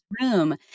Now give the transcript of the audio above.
room